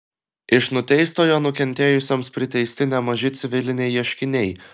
iš nuteistojo nukentėjusioms priteisti nemaži civiliniai ieškiniai